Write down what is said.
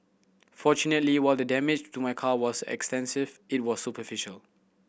fortunately while the damage to my car was extensive it was superficial